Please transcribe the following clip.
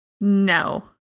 No